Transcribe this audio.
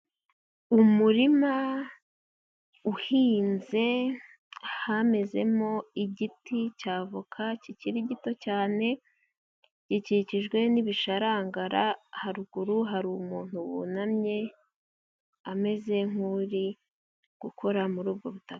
Umurima uhinze, hamezemo igiti cy'avoka kikiri gito cyane, gikikijwe n'ibisharangara, haruguru hari umuntu wunamye ameze nk'uri gukora muri ubwo butaka.